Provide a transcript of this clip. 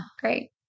great